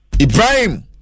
Ibrahim